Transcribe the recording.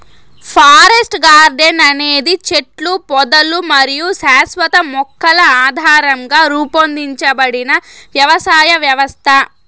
forest garden అనేది చెట్లు, పొదలు మరియు శాశ్వత మొక్కల ఆధారంగా రూపొందించబడిన వ్యవసాయ వ్యవస్థ